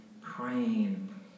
praying